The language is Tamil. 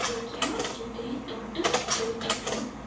தேக்யா கித்தே பாட்டு பிளே பண்ணு